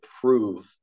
prove